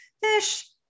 Fish